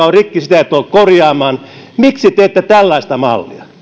on rikki ei tulla korjaamaan miksi teette tällaista mallia